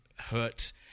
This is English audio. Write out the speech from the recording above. Hurt